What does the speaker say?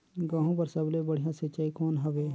गहूं बर सबले बढ़िया सिंचाई कौन हवय?